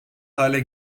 hale